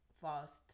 fast